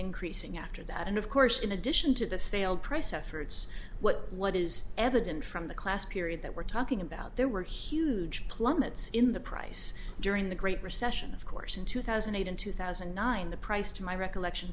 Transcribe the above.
increasing after that and of course in addition to the failed price of thirds what what is evident from the class period that we're talking about there were huge plummets in the price during the great recession of course in two thousand and eight in two thousand and nine the price to my recollection